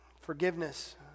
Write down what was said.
forgiveness